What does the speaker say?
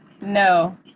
No